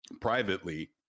privately